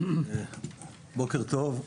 בוקר טוב,